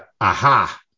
aha